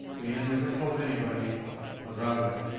dana never told anybody about it.